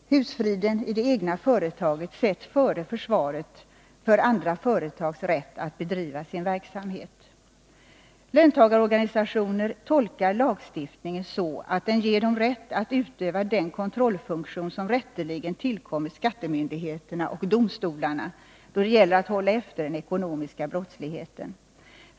Husfriden i det egna företaget sätts före försvaret för andra företags rätt att bedriva sin verksamhet. Löntagarorganisationer tolkar lagstiftningen så, att den ger dem rätt att utöva den kontrollfunktion som rätteligen tillkommer skattemyndigheterna och domstolarna då det gäller att hålla efter den ekonomiska brottsligheten.